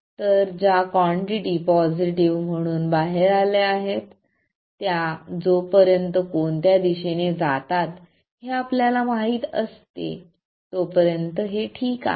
तर ज्या quantity positive म्हणून बाहेर आल्या आहेत त्या जोपर्यंत कोणत्या दिशेने जातात हे आपल्याला माहित आहे तोपर्यंत हे ठीक आहे